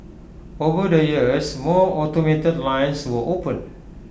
over the years more automated lines were opened